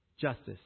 justice